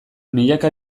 milaka